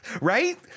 right